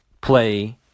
play